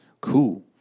cool